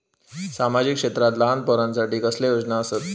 सामाजिक क्षेत्रांत लहान पोरानसाठी कसले योजना आसत?